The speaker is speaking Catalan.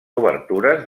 obertures